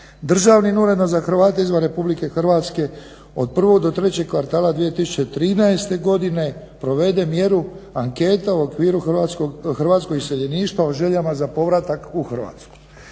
državnim uredom za Hrvate izvan RH od prvog do trećeg kvartala 2013. godine provede mjeru anketa u okviru hrvatsko iseljeništvo u željama za povratak u Hrvatsku.